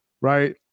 right